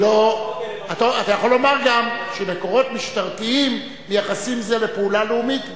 אתה יכול לומר גם שמקורות משטרתיים מייחסים את זה לפעולה לאומית,